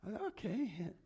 Okay